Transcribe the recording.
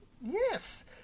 yes